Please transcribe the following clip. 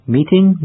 Meeting